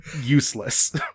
useless